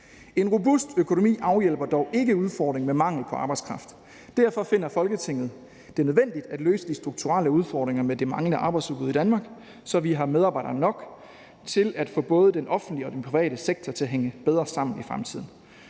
En robust økonomi afhjælper dog ikke udfordringen med mangel på arbejdskraft. Derfor finder Folketinget det nødvendigt at løse de strukturelle udfordringer med det manglende arbejdsudbud i Danmark, så vi har medarbejdere nok til at få både den offentlige og den private sektor til at hænge bedre sammen i fremtiden.